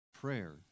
Prayer